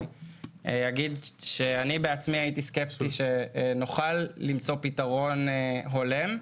אגיד שאני בעצמי הייתי סקפטי שנוכל למצוא פתרון הולם.